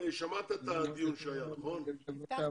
שמעת את הדיון שמתקיים כאן.